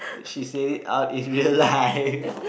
she said it out in real life